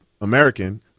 American